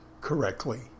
correctly